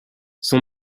son